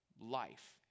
life